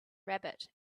rabbit